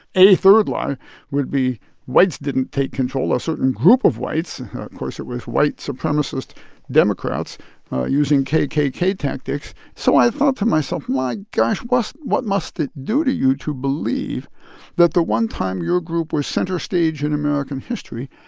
a third lie would be whites didn't take control. a certain group of whites of course, it was white supremacist democrats using kkk tactics. so i thought to myself, my gosh, what must it do to you to believe that the one time your group was center stage in american history,